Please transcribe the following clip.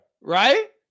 Right